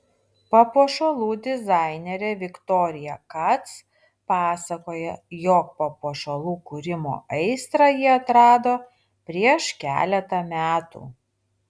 papuošalų dizainerė viktorija kac pasakoja jog papuošalų kūrimo aistrą ji atrado prieš keletą metų